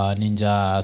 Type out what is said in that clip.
ninja